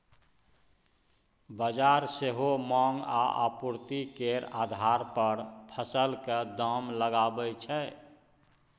बजार सेहो माँग आ आपुर्ति केर आधार पर फसलक दाम लगाबै छै